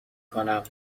کنم